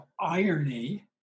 irony